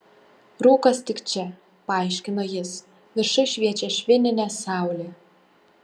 rūkas tik čia paaiškino jis viršuj šviečia švininė saulė